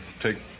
take